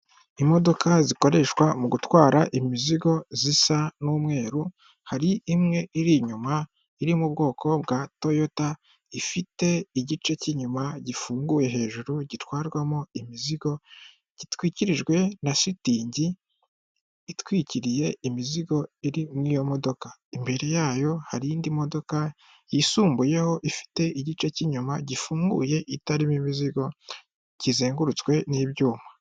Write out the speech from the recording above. Imodoka zikoreshwa mu gutwara imizigo, zisa n'umweru, hari imwe iri inyuma, iri mu bwoko bwa toyota, ifite igice cy'inyuma gifunguye hejuru, gitwarwamo imizigo, gitwikirijwe na shitingi itwikiriye imizigo iri mu iyo modoka. Imbere yayo hari indi modoka yisumbuyeho, ifite igice cy'inyuma gifunguye, itarimo imizigo, kizengurutswe n'ibyuma.